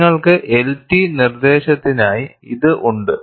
നിങ്ങൾക്ക് LT നിർദ്ദേശത്തിനായി ഇത് ഉണ്ട്